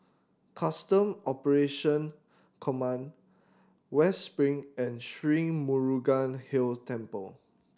Custom Operation Command West Spring and Sri Murugan Hill Temple